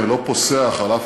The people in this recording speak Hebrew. אל תבזה את המעמד הזה.